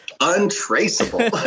Untraceable